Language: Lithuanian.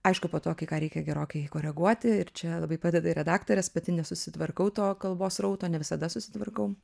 aišku po to kai ką reikia gerokai koreguoti ir čia labai padeda ir redaktorės pati nesusitvarkau to kalbos srauto ne visada susitvarkau